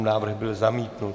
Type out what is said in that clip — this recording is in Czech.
Návrh byl zamítnut.